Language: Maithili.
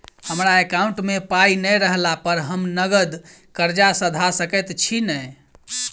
हमरा एकाउंट मे पाई नै रहला पर हम नगद कर्जा सधा सकैत छी नै?